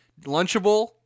Lunchable